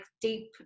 deep